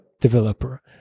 developer